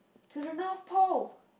to the north pole